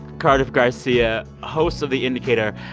cardiff garcia, hosts of the indicator.